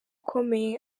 ukomeye